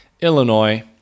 Illinois